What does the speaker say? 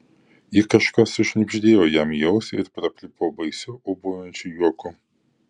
ji kažką sušnibždėjo jam į ausį ir prapliupo baisiu ūbaujančiu juoku